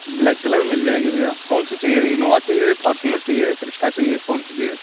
black colour मिल जाएगी भैया कौन सी चाहिए इनोवा चाहिए फॉर्चुनर चाहिए क्रिस्टा चाहिए कौन सी चाहिए